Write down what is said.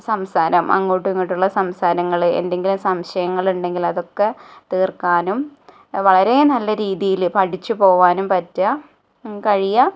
സംസാരം അങ്ങോട്ടു ഇങ്ങോട്ടുമുള്ള സംസാരങ്ങൾ എന്തെങ്കിലും സംശയങ്ങളുണ്ടെങ്കിൽ അതൊക്കെ തീര്ക്കാനും വളരെ നല്ല രീതിയിൽ പഠിച്ച് പോവാനും പറ്റുക കഴിയുക